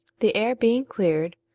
the air being cleared,